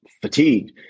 fatigued